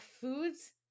foods